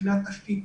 מבחינת תשתית,